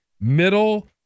middle